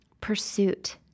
pursuit